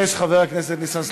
הרציונל היה שאם יקוצרו